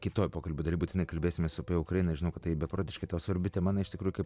kitoj pokalbio daly būtinai kalbėsimės apie ukrainą žinau kad tai beprotiškai tau svarbi tema na iš tikrųjų kaip